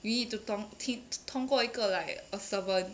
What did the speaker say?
you need to 通通过一个 like a servant